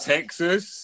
Texas